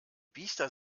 biester